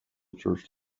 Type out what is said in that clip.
church